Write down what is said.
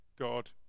God